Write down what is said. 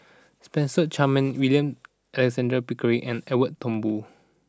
Spencer Chapman William Alexander Pickering and Edwin Thumboo